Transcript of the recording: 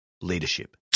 leadership